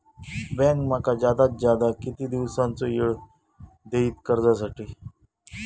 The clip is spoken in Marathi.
बँक माका जादात जादा किती दिवसाचो येळ देयीत कर्जासाठी?